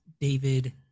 David